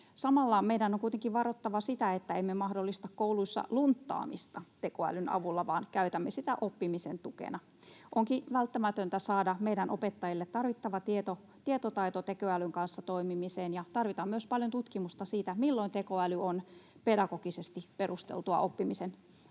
Samalla meidän on kuitenkin varottava sitä, että emme mahdollista kouluissa lunttaamista tekoälyn avulla, vaan käytämme sitä oppimisen tukena. Onkin välttämätöntä saada meidän opettajille tarvittava tietotaito tekoälyn kanssa toimimiseen, ja tarvitaan myös paljon tutkimusta siitä, milloin tekoäly on pedagogisesti perusteltua oppimisen apuna.